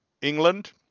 England